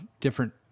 different